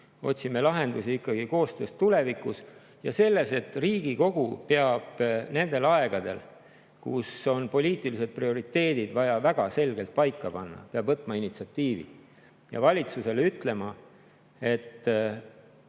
otsime lahendusi koostöös ikkagi tulevikust. Riigikogu peab nendel aegadel, kus on poliitilised prioriteedid vaja väga selgelt paika panna, võtma initsiatiivi ja valitsusele ütlema, et